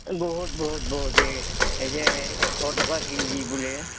বহুত বহুত বহুত এতিয়া এশ টকা কেজি বোলে